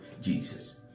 Jesus